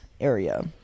area